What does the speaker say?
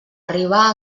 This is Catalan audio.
arribar